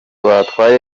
batwaye